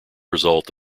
result